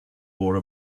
wore